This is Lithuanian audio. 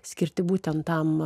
skirti būtent tam